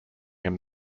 him